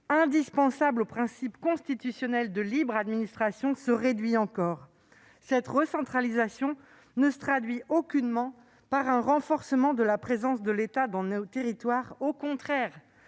indispensable au respect du principe constitutionnel de libre administration, se réduit encore ; et cette recentralisation ne se traduit aucunement par un renforcement de la présence de l'État dans nos territoires, au contraire.